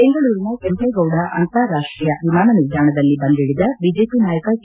ಬೆಂಗಳೂರಿನ ಕೆಂಪೇಗೌಡ ಅಂತಾರಾಷ್ಟೀಯ ವಿಮಾನ ನಿಲ್ದಾಣದಲ್ಲಿ ಬಂದಿಳಿದ ಬಿಜೆಪಿ ನಾಯಕ ಕೆ